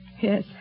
Yes